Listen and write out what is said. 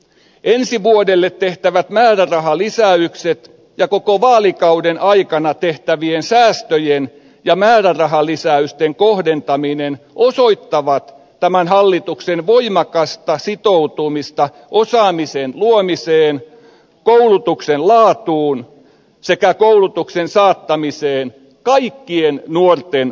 ensi vuodelle tehtävät määrärahalisäykset ja koko vaalikauden aikana tehtävien säästöjen ja määrärahalisäysten kohdentaminen osoittavat tämän hallituksen voimakasta sitoutumista osaamisen luomiseen koulutuksen laatuun sekä koulutuksen saattamiseen kaikkien nuorten ulottuville